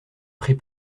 pris